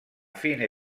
fine